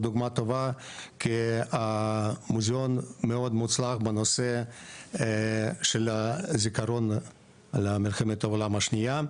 כי המוזיאון מאוד מוצלח בנושא של הזיכרון של מלחמת העולם השנייה.